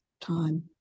time